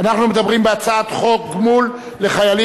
מדובר בהצעת החוק לגמול לחיילים